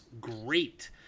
great